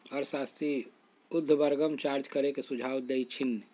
अर्थशास्त्री उर्ध्वगम चार्ज करे के सुझाव देइ छिन्ह